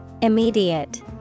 Immediate